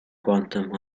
quantum